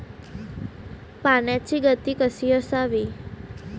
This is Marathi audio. पाण्याची गती कशी असावी?